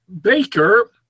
Baker